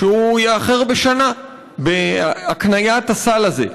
שהוא יאחר בשנה בהקניית הסל הזה,